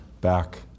back